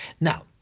Now